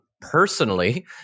Personally